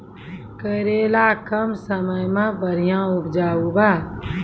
करेला कम समय मे बढ़िया उपजाई बा?